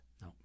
No